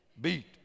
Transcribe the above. beat